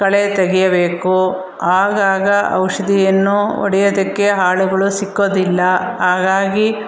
ಕಳೆ ತೆಗೆಯಬೇಕು ಆಗಾಗ ಔಷಧಿಯನ್ನು ಹೊಡಿಯೊದಕ್ಕೆ ಆಳುಗಳು ಸಿಕ್ಕೋದಿಲ್ಲ ಹಾಗಾಗಿ